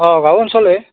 অঁ গাঁও অঞ্চলই